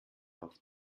auf